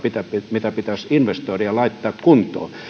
mitä pitäisi investoida ja laittaa kuntoon